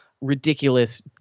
ridiculous